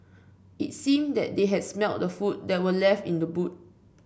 it seemed that they had smelt the food that were left in the boot